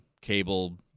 cable